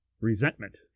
resentment